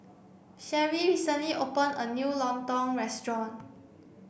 Sherrie recently open a new Lontong restaurant